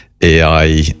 AI